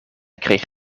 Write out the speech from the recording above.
kreeg